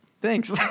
Thanks